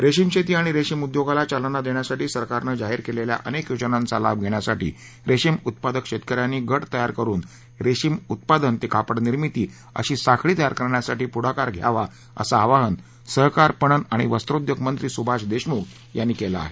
रेशीम शेती आणि रेशीम उद्योगाला चालना देण्यासाठी सरकारनं जाहीर केलेल्या अनेक योजनांचा लाभ घेण्यासाठी रेशीम उत्पादक शेतकऱ्यांनी गट तयार करुन रेशीम उत्पादन ते कापड निर्मिती अशी साखळी तयार करण्यासाठी पुढाकार घ्यावा असं आवाहन सहकार पणन आणि वस्त्रोद्योग मंत्री सुभाष देशमुख यांनी केलं आहे